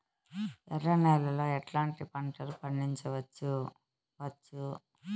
ఎర్ర నేలలో ఎట్లాంటి పంట లు పండించవచ్చు వచ్చు?